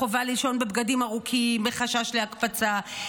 חובה לישון בבגדים ארוכים מחשש להקפצה,